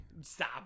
Stop